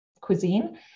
cuisine